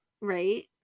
right